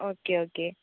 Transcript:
okay okay